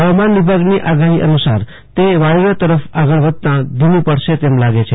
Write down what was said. હવામાન વિભાગની આગાહી અનુસાર તે વાયવ્ય તરફ આગળ વધતાં ધીમું પડશે તેમ લાગે છે